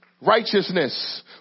Righteousness